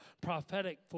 prophetic